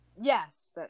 Yes